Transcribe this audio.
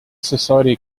society